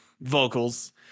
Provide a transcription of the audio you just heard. vocals